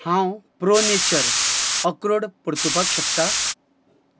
हांव pro nature अक्रोड परतुवपाक शकतां